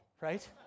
right